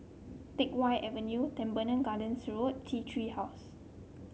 Teck Whye Avenue Teban Gardens Road T Tree House